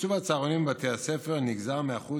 תקצוב הצהרונים בבתי הספר נגזר מאחוז